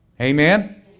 Amen